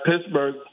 Pittsburgh